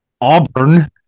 Auburn